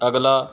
ਅਗਲਾ